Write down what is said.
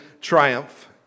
triumph